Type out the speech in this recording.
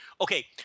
okay